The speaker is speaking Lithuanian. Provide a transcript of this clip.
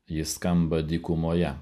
ji skamba dykumoje